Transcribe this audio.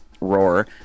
roar